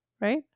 right